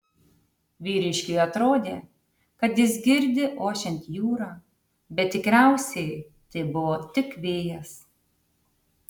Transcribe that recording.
vyriškiui atrodė kad jis girdi ošiant jūrą bet tikriausiai tai buvo tik vėjas